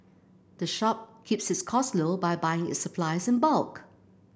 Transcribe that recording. the shop keeps its costs low by buying its supplies in bulk